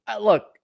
look